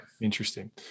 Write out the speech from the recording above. Interesting